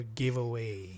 giveaway